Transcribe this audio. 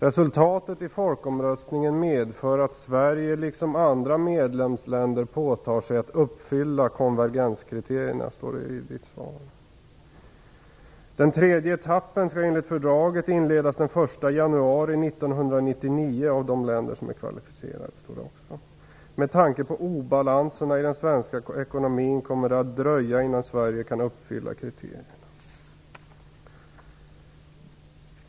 Resultatet i folkomröstningen medför att Sverige liksom andra medlemsländer påtar sig att uppfylla konvergenskriterierna, står det i svaret. Den tredje etappen skall enligt fördraget inledas den 1 januari 1999 av de länder som är kvalificerade, står det också. Med tanke på obalanserna i den svenska ekonomin kommer det att dröja innan Sverige kan uppfylla kriterierna.